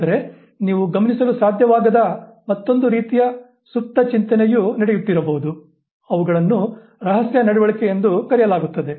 ಆದರೆ ನೀವು ಗಮನಿಸಲು ಸಾಧ್ಯವಾಗದ ಮತ್ತೊಂದು ರೀತಿಯ ಸುಪ್ತ ಚಿಂತನೆಯು ನಡೆಯುತ್ತಿರಬಹುದು ಅವುಗಳನ್ನು ರಹಸ್ಯ ನಡವಳಿಕೆ ಎಂದು ಕರೆಯಲಾಗುತ್ತದೆ